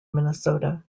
minnesota